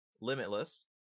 Limitless